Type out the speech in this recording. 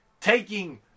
taking